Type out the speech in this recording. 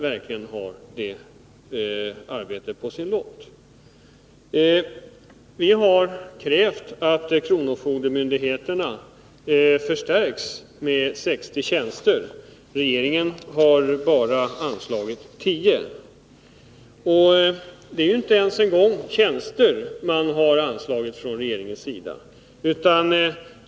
Vi har krävt att kronofogdemyndigheterna förstärks med 60 tjänster. Regeringen har bara föreslagit 10. Det är f. ö. inte ens tjänster regeringen föreslagit.